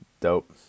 Dope